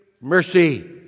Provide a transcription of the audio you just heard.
mercy